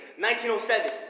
1907